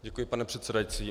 Děkuji, pane předsedající.